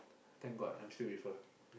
thank god I'm still with her